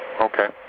Okay